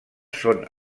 són